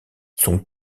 son